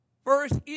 First